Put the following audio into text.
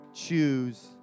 choose